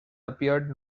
appeared